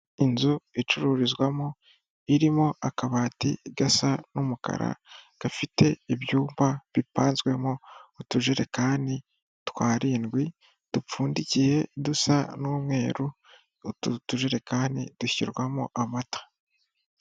Inzu icururizwamo, irimo akabati gasa n'umukara gafite ibyumba bipazwemo utujerekani twarindwi , dupfundikiye dusa n'umweru , utu tujurekani dushyirwamo amata.